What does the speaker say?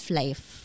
life